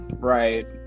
Right